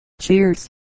Cheers